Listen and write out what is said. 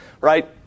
right